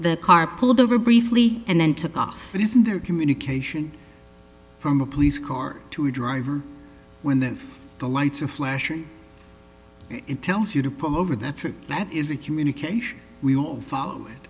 the car pulled over briefly and then took off but isn't there communication from a police car to a driver when the lights are flashing it tells you to pull over that's it that is a communication we will follow